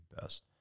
best